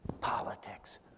politics